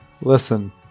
Listen